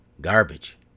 Garbage